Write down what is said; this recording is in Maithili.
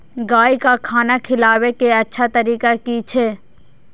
गाय का खाना खिलाबे के अच्छा तरीका की छे?